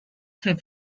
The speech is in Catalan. fer